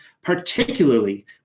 particularly